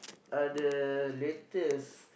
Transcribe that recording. are the latest